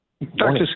Dr